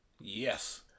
Yes